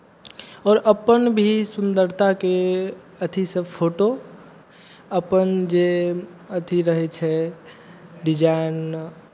आओर अपन भी सुन्दरताके अथिसँ फोटो अपन जे अथि रहै छै डिजाइन